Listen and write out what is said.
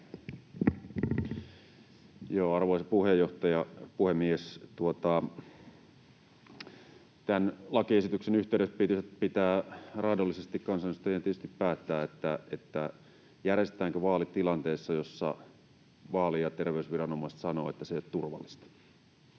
Arvoisa puhemies! Tämän lakiesityksen yhteydessä pitää raadollisesti kansanedustajien tietysti päättää, järjestetäänkö vaalit tilanteessa, jossa vaali‑ ja terveysviranomaiset sanovat, että se ei ole turvallista.